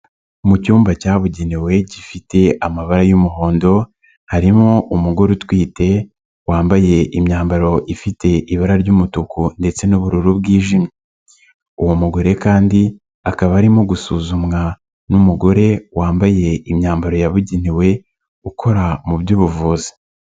Mu cyumba cyabugenewe gifite amabara y'umuhondo harimo umugore utwite wambaye imyambaro ifite ibara ry'umutuku ndetse n'ubururu bwijimye, uwo mugore kandi akaba arimo gusuzumwa n'umugore wambaye imyambaro yabugenewe ukora mu by'ubuvuzi.